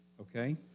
okay